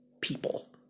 people